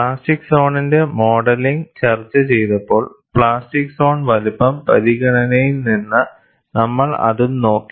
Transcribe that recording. plastic സോണിന്റെ modelling ചർച്ച ചെയ്തപ്പോൾ പ്ലാസ്റ്റിക് സോൺ വലുപ്പം പരിഗണനയിൽ നിന്ന് നമ്മൾ അതും നോക്കി